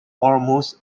almost